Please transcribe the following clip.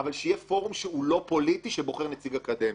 אבל שיהיה פורום שהוא לא פוליטי שבוחר נציג אקדמיה,